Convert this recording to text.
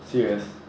serious